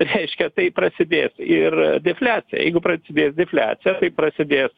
reiškia tai prasidės ir defliacija jeigu prasidės defliacija tai prasidės